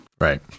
Right